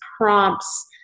prompts